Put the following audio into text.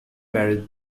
married